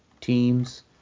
teams